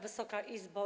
Wysoka Izbo!